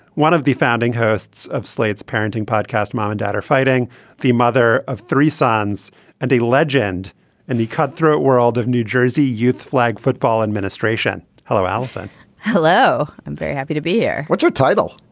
one of the founding hosts of slate's parenting podcast mom and dad are fighting the mother of three sons and a legend in and the cutthroat world of new jersey youth flag football administration. hello allison hello and very happy to be here. what's your title.